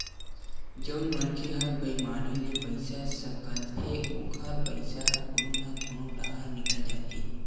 जउन मनखे ह बईमानी ले पइसा सकलथे ओखर पइसा ह कोनो न कोनो डाहर निकल जाथे